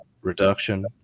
reduction